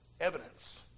evidence